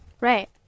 Right